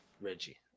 Reggie